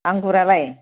आंगुरालाय